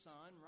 Son